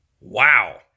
Wow